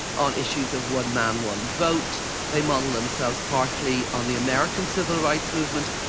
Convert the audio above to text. on issues of one man, one vote' they modelled themselves partly on the american civil rights movement.